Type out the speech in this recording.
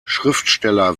schriftsteller